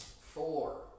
Four